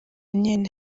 nyene